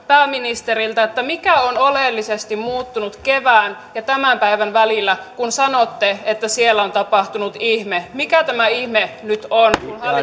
pääministeriltä mikä on oleellisesti muuttunut kevään ja tämän päivän välillä kun sanoitte että siellä on tapahtunut ihme mikä tämä ihme nyt on